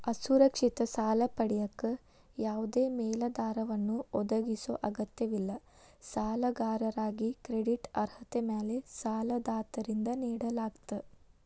ಅಸುರಕ್ಷಿತ ಸಾಲ ಪಡೆಯಕ ಯಾವದೇ ಮೇಲಾಧಾರವನ್ನ ಒದಗಿಸೊ ಅಗತ್ಯವಿಲ್ಲ ಸಾಲಗಾರಾಗಿ ಕ್ರೆಡಿಟ್ ಅರ್ಹತೆ ಮ್ಯಾಲೆ ಸಾಲದಾತರಿಂದ ನೇಡಲಾಗ್ತ